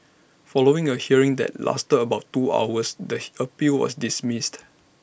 following A hearing that lasted about two hours the appeal was dismissed